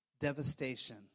devastation